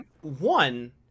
one